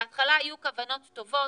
בהתחלה היו כוונות טובות,